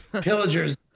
pillagers